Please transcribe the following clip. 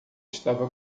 estava